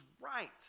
right